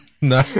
No